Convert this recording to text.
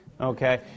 okay